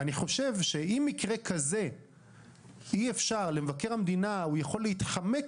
אני חושב שאם במקרה כזה מבקר המדינה יכול להתחמק